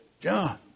John